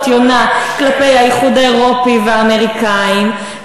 יונה כלפי האיחוד האירופי והאמריקנים,